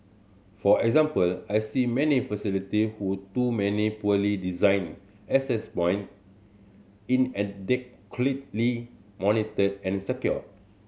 for example I see many facility who too many poorly designed access point inadequately monitored and secured